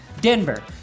Denver